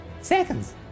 seconds